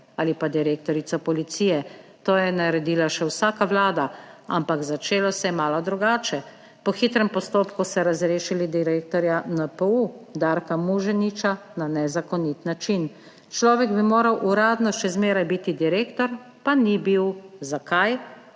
ali pa direktorja policije, to je naredila še vsaka vlada. Ampak začelo se je malo drugače. Po hitrem postopku ste razrešili direktorja NPU Darka Muženiča na nezakonit način. 13. TRAK: (TB) – 11.00 (nadaljevanje) Človek bi moral uradno še zmeraj biti direktor, pa ni bil. Zakaj?